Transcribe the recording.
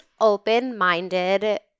open-minded